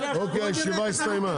די, הישיבה הסתיימה.